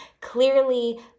Clearly